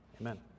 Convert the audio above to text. Amen